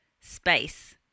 space